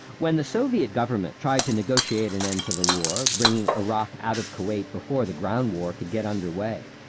when the soviet government tried to negotiate an end to the war, bringing iraq out of kuwait before the ground war could get under way,